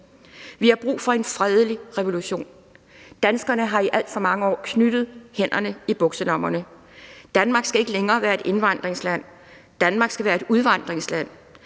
Vi har brug for en fredelig revolution. Danskerne har i alt for mange år knyttet hænderne i bukselommerne. Danmark skal ikke længere være et indvandringsland, Danmark skal være et udvandringsland.